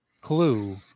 clue